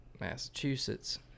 Massachusetts